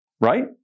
right